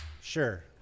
Sure